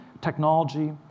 Technology